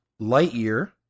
Lightyear